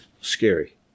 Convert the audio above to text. scary